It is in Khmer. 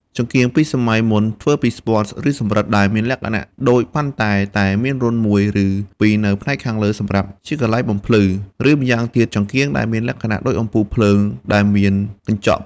ចង្កៀងពីសម័យមុនធ្វើពីស្ពាន់ ឬសំរិទ្ធ ដែលមានលក្ខណៈដូចប៉ាន់តែ តែមានរន្ធមួយ ឬពីរនៅផ្នែកខាងលើសម្រាប់ជាកន្លែងបំភ្លឺ ឬម្យ៉ាងទៀតចង្កៀងដែលមានលក្ខណៈដូចអំពូលភ្លើងដែលមានកញ្ចក់រុំព័ទ្ធជុំវិញហើយមាន ពន្លឺចេញពីខាងក្នុងដែលភាគច្រើនគេតែងកាន់ទៅមើលការសម្តែងផ្សេងៗ។